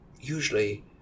usually